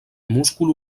múscul